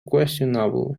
questionable